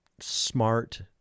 smart